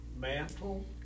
mantle